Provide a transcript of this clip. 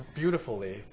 beautifully